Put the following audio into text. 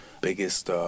biggest